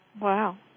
Wow